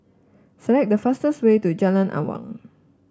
select the fastest way to Jalan Awang